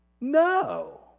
No